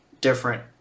different